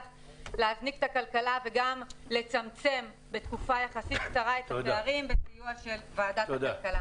להזניק את הכלכלה וגם לצמצם בתקופה יחסית את הפערים בסיוע של ועדת הכלכלה.